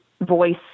voice